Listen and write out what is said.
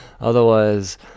Otherwise